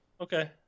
Okay